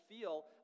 feel